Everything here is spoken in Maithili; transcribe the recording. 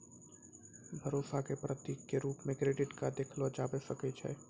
भरोसा क प्रतीक क रूप म क्रेडिट क देखलो जाबअ सकै छै